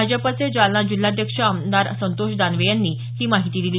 भाजपचे जालना जिल्हाध्यक्ष आमदार संतोष दानवे यांनी ही माहिती दिली